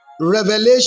Revelation